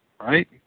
right